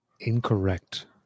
Incorrect